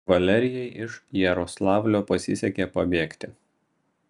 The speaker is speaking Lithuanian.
valerijai iš jaroslavlio pasisekė pabėgti